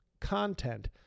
content